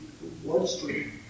bloodstream